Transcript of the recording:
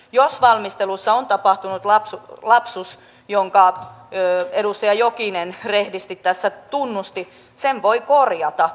jos valmistelussa on tapahtunut lapsus jonka edustaja jokinen rehdisti tässä tunnusti sen voi korjata